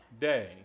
day